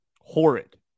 Horrid